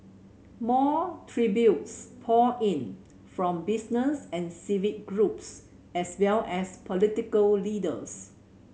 more tributes poured in from business and civic groups as well as political leaders